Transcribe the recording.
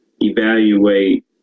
evaluate